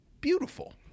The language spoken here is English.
beautiful